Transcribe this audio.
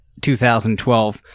2012